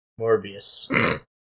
Morbius